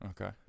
Okay